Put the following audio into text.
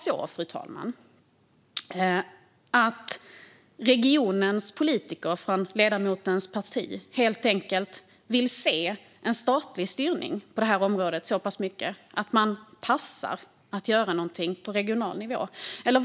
Kan det vara så att regionens politiker från ledamotens parti helt enkelt vill se en statlig styrning på området så pass mycket att man passar när det gäller att göra någonting på regional nivå?